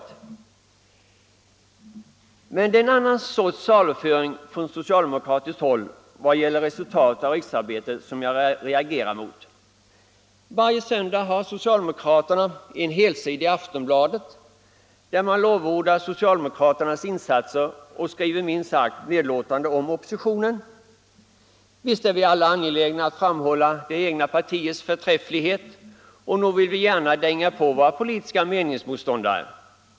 Det är emellertid en annan sorts saluföring från socialdemokratiskt håll vad gäller resultatet av riksdagsarbetet som jag reagerar mot. Varje söndag har socialdemokraterna en helsida i Aftonbladet, där man lovordar partiets insatser och skriver minst sagt nedlåtande om oppositionen. Visst är vi alla angelägna att framhålla det egna partiets förträfflighet och nog vill vi gärna dänga på våra politiska meningsmotståndare.